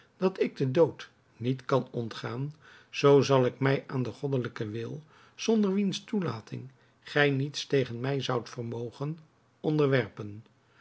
dat ik den dood niet kan ontgaan zoo zal ik mij aan den goddelijken wil zonder wiens toelating gij niets tegen mij zoudt vermogen onderwerpen